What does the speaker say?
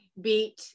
beat